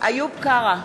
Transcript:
איוב קרא,